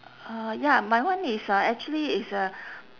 uh ya my one is a actually is a